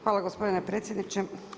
Hvala gospodine predsjedniče.